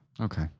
okay